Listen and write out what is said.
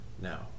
Now